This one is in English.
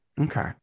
Okay